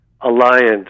alliance